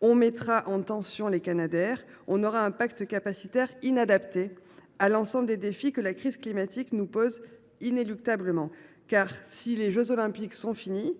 On mettra en tension les canadairs et on aura un pacte capacitaire inadapté à l’ensemble des défis que la crise climatique nous pose inéluctablement. Certes, les jeux Olympiques sont finis,